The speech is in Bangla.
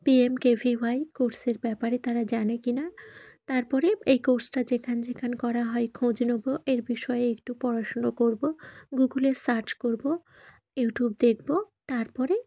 P M K V Y কোর্সের ব্যাপারে তারা জানে কি না তার পরে এই কোর্সটা যেখানে যেখানে করা হয় খোঁজ নেব এর বিষয়ে একটু পড়াশুনো করব গুগলে সার্চ করব ইউটিউব দেখব তার পরে